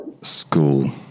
School